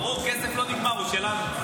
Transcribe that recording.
ברור, כסף לא נגמר, הוא שלנו.